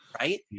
right